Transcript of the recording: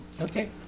Okay